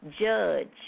judge